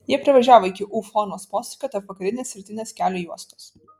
jie privažiavo iki u formos posūkio tarp vakarinės ir rytinės kelio juostos